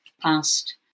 past